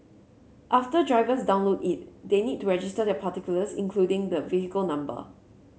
after drivers download it they need to register their particulars including the vehicle number